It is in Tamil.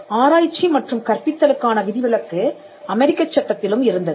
எனவே ஆராய்ச்சி மற்றும் கற்பித்தலுக்கான விதிவிலக்கு அமெரிக்கச் சட்டத்திலும் இருந்தது